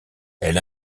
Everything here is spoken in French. elle